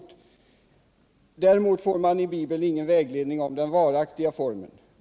Det heter i boken bl.a.: ”Däremot får man i bibeln ingen vägledning om den varaktiga formen.